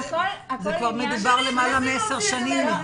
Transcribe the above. זה כבר מדובר למעלה מעשר שנים.